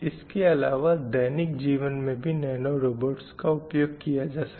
इसके अलावा दैनिक जीवन में भी नैनो रोबाट्स का उपयोग किया जा सकता है